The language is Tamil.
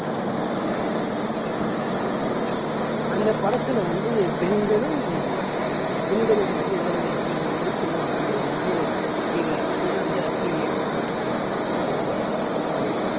அந்த பெண்ணு வந்து அவங்க ஹஸ்பண்டையும் வந்து அழைச்சிட்டு போவாங்க அந்த படத்தில் வந்து பெண்களும் பெண்களுக்கு வந்து எந்தளவுக்கு முக்கியத்துவம் கொடுக்கணும் அப்படிங்கறது வந்து மிக அருமையாக வந்து அட்லீயின் இயக்கத்தில் வந்து அந்த படத்தில் வந்து சொல்லியிருப்பாங்க